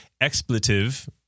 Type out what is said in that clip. expletive